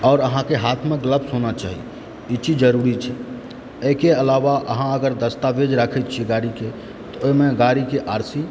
आओर अहाँके हाथमे ग्लब्स होना चाही ईचीज जरुरी छै एहिके अलावा अहाँ अगर दस्तावेज राखै छी गाड़ीके तऽ ओहिमे गाड़ीके आर सी